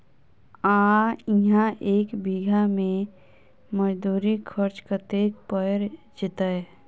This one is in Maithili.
आ इहा एक बीघा मे मजदूरी खर्च कतेक पएर जेतय?